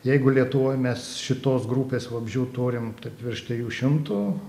jeigu lietuvoj mes šitos grupės vabzdžių turim taip virš trijų šimtų